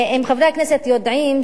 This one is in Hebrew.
אם חברי הכנסת יודעים,